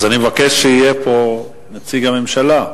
אז אני מבקש שיהיה פה נציג הממשלה.